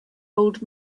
old